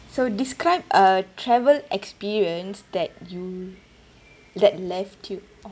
so describe a travel experience that you le~ left you